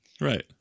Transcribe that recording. Right